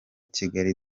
kigali